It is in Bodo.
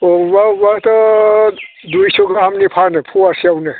बबेबा बबेबाथ' दुइस' गाहामनि फानो फवासेयावनो